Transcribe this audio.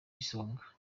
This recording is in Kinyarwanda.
isonga